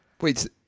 Wait